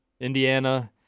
Indiana